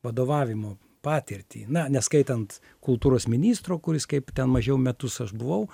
vadovavimo patirtį na neskaitant kultūros ministro kuris kaip ten mažiau metus aš buvau